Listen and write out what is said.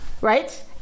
right